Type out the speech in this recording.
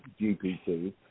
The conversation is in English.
GPT